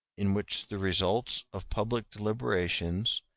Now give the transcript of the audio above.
in which the results of public deliberations,